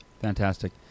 Fantastic